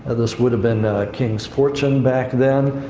and this would have been a king's fortune back then.